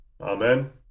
Amen